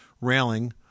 railing